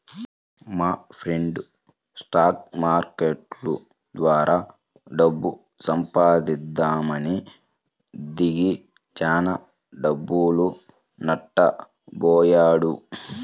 మాఫ్రెండు stock market ద్వారా డబ్బు సంపాదిద్దామని దిగి చానా డబ్బులు నట్టబొయ్యాడు